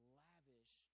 lavish